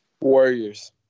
Warriors